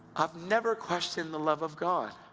i've never questioned the love of god.